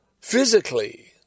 physically